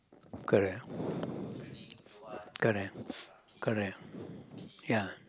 correct correct correct ya